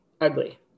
ugly